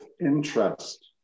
interest